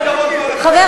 חברים, אני מבקשת.